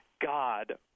God